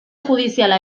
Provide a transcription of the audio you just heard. judiziala